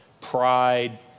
pride